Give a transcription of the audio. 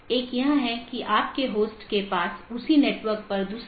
तो यह एक तरह की नीति प्रकारों में से हो सकता है